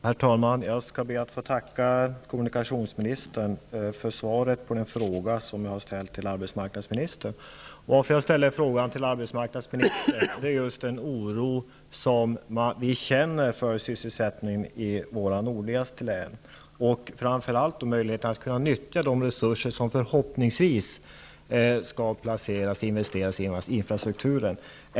Herr talman! Jag skall be att få tacka kommunikationsministern för svaret på den fråga som jag har ställt till arbetsmarknadsministern. Jag ställde frågan till arbetsmarknadsministern just på grund av den oro som vi hyser för sysselsättningen i våra nordligaste län. Det vore bra om man fick möjlighet att nyttja de resurser som förhoppningsvis skall investeras i infrastrukturen.